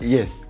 Yes